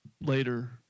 later